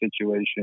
situation